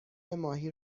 ماهی